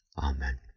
Amen